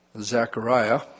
Zechariah